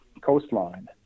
coastline